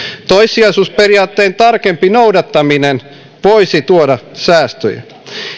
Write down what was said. toissijaisuusperiaatteen tarkempi noudattaminen voisi tuoda säästöjä